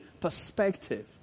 perspective